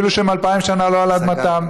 אפילו שהם 2000 שנה לא על אדמתם.